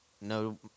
no